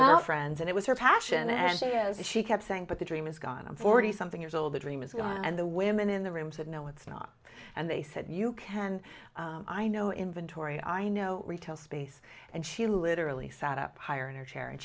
the friends and it was her passion and she kept saying but the dream is gone i'm forty something years old the dream is gone and the women in the room said no it's not and they said you can i know inventor i know retail space and she literally sat up higher in her chair and